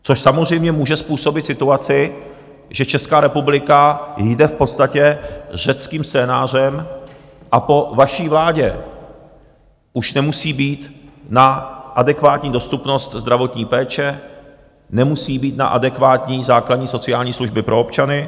To samozřejmě může způsobit situaci, že Česká republika jde v podstatě řeckým scénářem, a po vaší vládě už nemusí být na adekvátní dostupnost zdravotní péče, nemusí být na adekvátní základní sociální služby pro občany.